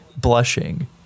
blushing